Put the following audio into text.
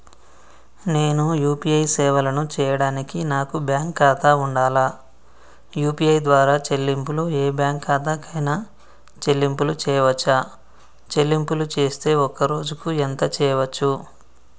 నేను యూ.పీ.ఐ సేవలను చేయడానికి నాకు బ్యాంక్ ఖాతా ఉండాలా? యూ.పీ.ఐ ద్వారా చెల్లింపులు ఏ బ్యాంక్ ఖాతా కైనా చెల్లింపులు చేయవచ్చా? చెల్లింపులు చేస్తే ఒక్క రోజుకు ఎంత చేయవచ్చు?